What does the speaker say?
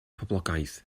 poblogaidd